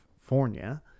California